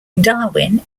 darwin